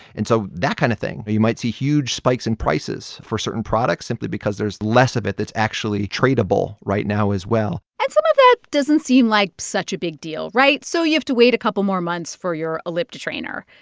and so that kind of thing. you might see huge spikes in prices for certain products simply because there's less of it that's actually tradable right now as well and some of that doesn't seem like such a big deal, right? so you have to wait a couple more months for your ellipti-trainer.